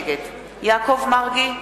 נגד יעקב מרגי,